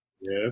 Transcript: yes